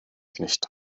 nicht